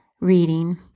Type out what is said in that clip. reading